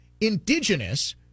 Indigenous